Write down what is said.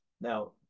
now